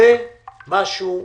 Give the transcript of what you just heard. זה משהו מטורף.